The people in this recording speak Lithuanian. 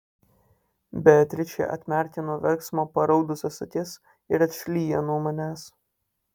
beatričė atmerkia nuo verksmo paraudusias akis ir atšlyja nuo manęs